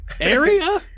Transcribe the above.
area